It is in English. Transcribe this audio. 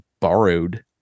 Borrowed